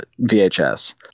VHS